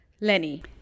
Lenny